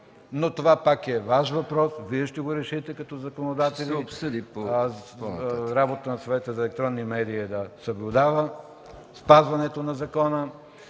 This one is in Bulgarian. но това пак е Ваш въпрос – Вие ще го решите и обсъдите, като законодатели. Работата на Съвета за електронни медии е да съблюдава спазването на закона.